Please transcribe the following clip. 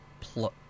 plus